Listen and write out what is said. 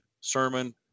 sermon